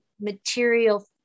material